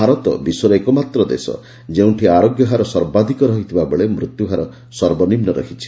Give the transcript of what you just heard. ଭାରତ ବିଶ୍ୱର ଏକମାତ୍ର ଦେଶ ଯେଉଁଠି ଆରୋଗ୍ୟହାର ସବାଧିକ ରହିଥିବାବେଳେ ମୃତ୍ୟୁହାର ସର୍ବନିମ୍ନ ରହିଛି